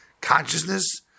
consciousness